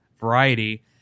variety